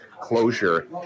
closure